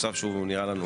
מצב שהוא נראה לנו